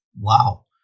Wow